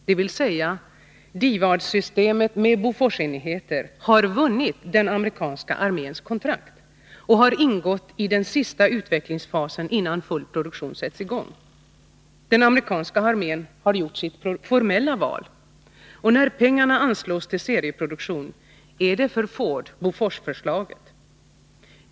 DIVAD-systemet med Boforsenheter har alltså vunnit den amerikanska arméns kontrakt och har gått in i den sista utvecklingsfasen innan full produktion sätts i gång. Den amerikanska armén har gjort sitt formella val. När pengarna anslås till serieproduktion är det för Ford-Bofors-förslaget.